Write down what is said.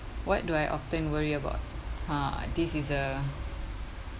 what do I often worry about ha this is a